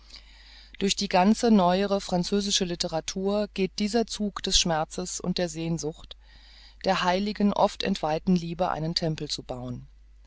durch die ganze neuere französische litteratur geht dieser zug des schmerzes und der sehnsucht der heiligen oft entweihten liebe einen tempel zu bauen